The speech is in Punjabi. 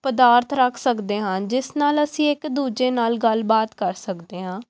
ਪਦਾਰਥ ਰੱਖ ਸਕਦੇ ਹਾਂ ਜਿਸ ਨਾਲ ਅਸੀਂ ਇੱਕ ਦੂਜੇ ਨਾਲ ਗੱਲਬਾਤ ਕਰ ਸਕਦੇ ਹਾਂ